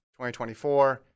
2024